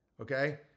Okay